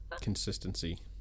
consistency